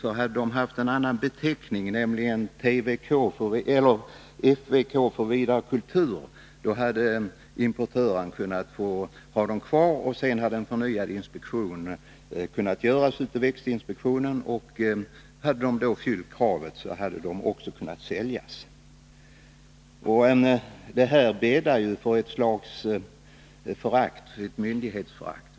Hade växterna haft en annan beteckning, nämligen f. v. k., vilket betyder ”för vidare kultur”, hade importören kunnat få ha dem kvar och sedan hade växtinspektionen kunnat göra förnyad inspektion. Hade växterna då fyllt kraven hade de också kunnat säljas. Sådana här bestämmelser bäddar för ett myndighetsförakt.